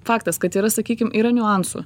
faktas kad yra sakykim yra niuansų